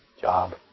Job